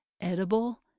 edible